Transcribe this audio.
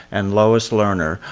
and lois lerner,